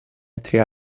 altri